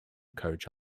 coach